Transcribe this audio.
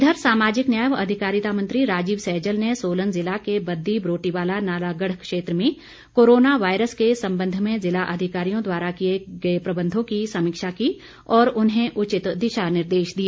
इधर सामाजिक न्याय व अधिकारिता मंत्री राजीव सैजल ने सोलन जिला के बद्दी बरोटीवाला नालागढ़ क्षेत्र में कोरोना वायरस के संबंध में जिला अधिकारियों द्वारा किए गए प्रबंधों की समीक्षा की और उन्हें उचित दिशा निर्देश दिए